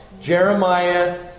Jeremiah